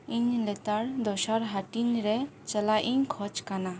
ᱤᱧ ᱞᱮᱛᱟᱲ ᱫᱚᱥᱟᱨ ᱦᱟᱹᱴᱤᱧ ᱨᱮ ᱪᱟᱞᱟᱜ ᱤᱧ ᱠᱷᱚᱡ ᱠᱟᱱᱟ